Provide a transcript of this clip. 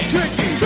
Tricky